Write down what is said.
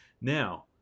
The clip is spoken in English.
Now